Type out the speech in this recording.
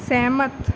ਸਹਿਮਤ